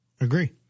Agree